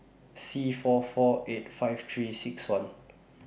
Sea four four eight five three six one